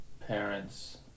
parents